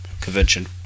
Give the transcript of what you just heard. convention